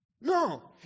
no